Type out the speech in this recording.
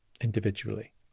individually